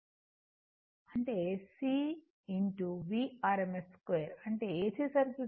అంటే ఇది C v rms 2 అంటే AC సర్క్యూట్లో